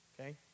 Okay